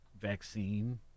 vaccine